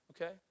okay